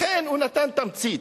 לכן הוא נתן תמצית.